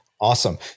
Awesome